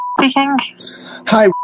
Hi